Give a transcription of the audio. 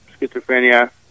schizophrenia